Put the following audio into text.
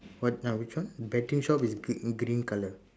what uh which one betting shop is green green colour